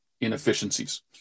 inefficiencies